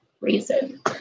reason